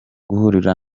guhurira